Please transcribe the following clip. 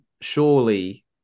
surely